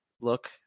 look